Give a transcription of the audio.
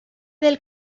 del